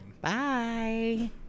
bye